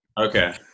Okay